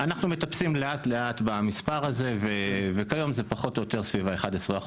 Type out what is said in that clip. אנחנו מטפסים לאט-לאט במספר הזה וכיום זה פחות או יותר סביב ה-11%.